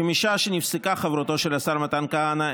כי משעה שנפסקה חברותו של השר מתן כהנא בממשלה,